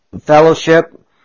fellowship